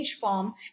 form